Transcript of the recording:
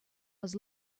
was